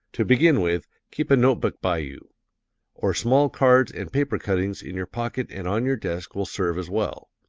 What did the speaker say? to begin with, keep a note-book by you or small cards and paper cuttings in your pocket and on your desk will serve as well.